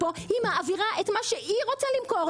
היא מעבירה את מה שהיא רוצה למכור,